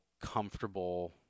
comfortable